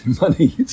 money